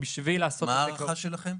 מה ההערכה שלכם?